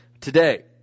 today